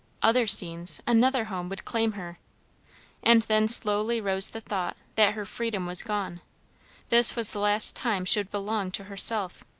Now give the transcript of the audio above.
other scenes, another home, would claim her and then slowly rose the thought that her freedom was gone this was the last time she would belong to herself.